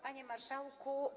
Panie Marszałku!